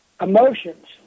emotions